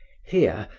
here,